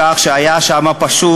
כמו שיש בלחם ויש במקומות אחרים.